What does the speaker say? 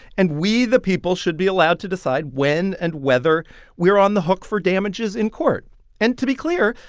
and we, the people, should be allowed to decide when and whether we're on the hook for damages in court and to be clear,